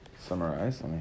summarize